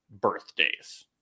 birthdays